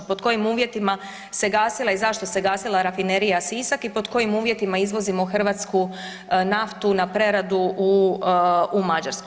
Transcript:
Pod kojim uvjetima se gasila i zašto se gasila Rafinerija Sisak i pod kojim uvjetima izvozimo hrvatsku naftu na preradu u, u Mađarsku?